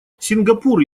сингапур